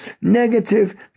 negative